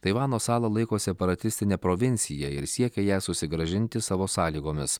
taivano salą laiko separatistine provincija ir siekia ją susigrąžinti savo sąlygomis